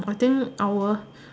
I think our